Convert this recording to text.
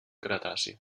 cretaci